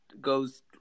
goes